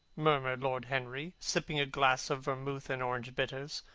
murmured lord henry, sipping a glass of vermouth and orange-bitters.